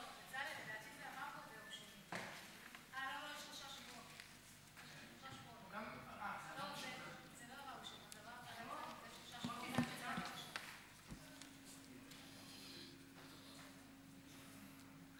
שלוש